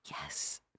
Yes